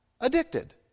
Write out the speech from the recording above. addicted